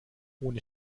ohne